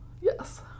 yes